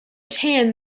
tan